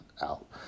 out